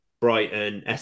Brighton